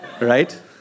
right